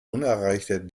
unerreichter